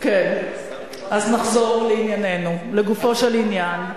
אז נחזור לענייננו, לגופו של עניין.